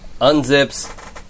unzips